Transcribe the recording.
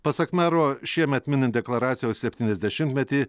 pasak mero šiemet minint deklaracijos septyniasdešimtmetį